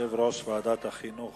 יושב-ראש ועדת החינוך,